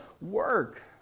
work